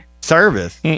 service